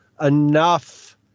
enough